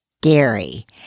Gary